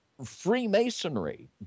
Freemasonry